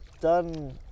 done